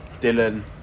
Dylan